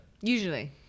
Usually